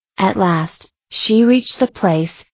at last, she reached the place,